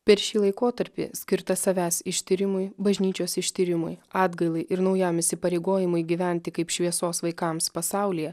per šį laikotarpį skirtą savęs ištyrimui bažnyčios ištyrimui atgailai ir naujam įsipareigojimui gyventi kaip šviesos vaikams pasaulyje